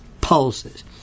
pulses